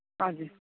हजुर